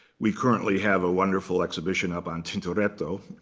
we currently have a wonderful exhibition up on tintoretto.